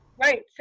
Right